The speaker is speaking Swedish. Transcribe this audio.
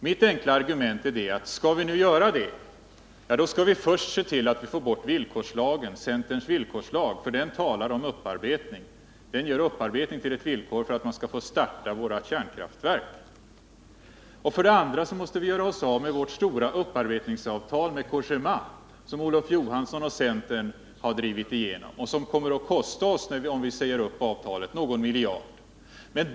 Mitt enkla argument är att om vi skall göra det, så skall vi först se till att vi får bort centerns villkorslag, för den gör upparbetning till ett villkor för att vi skall få starta våra kärnkraftverk. Dessutom måste vi göra oss av med vårt stora upparbetningsavtal med Cogéma som Olof Johansson och centern drivit igenom och som kommer att kosta oss, om vi säger upp det, någon miljard.